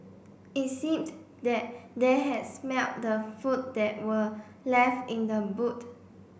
it seemed that they had smelt the food that were left in the boot